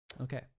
Okay